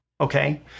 okay